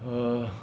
err